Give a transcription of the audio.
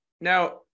Now